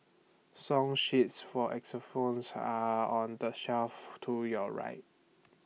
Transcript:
song sheets for xylophones are on the shelf to your right